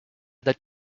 that